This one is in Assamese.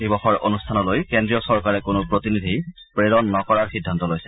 দিৱসৰ অনুষ্ঠানলৈ কেন্দ্ৰীয় চৰকাৰে কোনো প্ৰতিনিধি প্ৰেৰণ নকৰাৰ সিদ্ধান্ত লৈছে